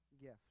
gift